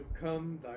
come